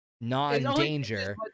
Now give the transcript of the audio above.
non-danger